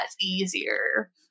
easier